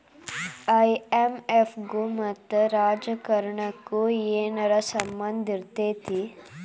IMF ಗು ಮತ್ತ ರಾಜಕಾರಣಕ್ಕು ಏನರ ಸಂಭಂದಿರ್ತೇತಿ?